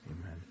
Amen